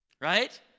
Right